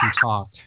talk